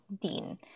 Dean